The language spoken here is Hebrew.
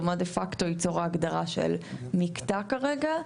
מה דה פקטו תיצור ההגדרה של מקטע כרגע.